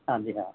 ਹਾਂਜੀ ਹਾਂ